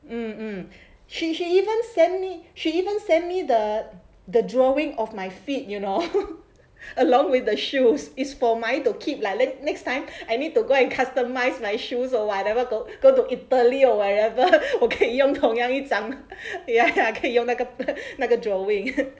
mm mm she she even send me she even send me the the drawing of my feet you know along with the shoes is for my to keep like then next time I need to go and customise my shoes or whatever go go to italy or whatever 我可以用同样一张 ya 可以用那个那个 drawing